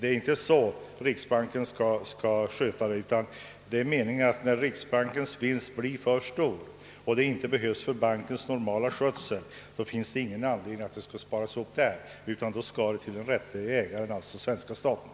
Det är inte så riksbanken skall sköta saken. När riksbankens vinst inte behövs för bankens normala skötsel finns det inte anledning att spara ihop pengarna, utan då bör de överlämnas till den rätte ägaren, alltså svenska staten.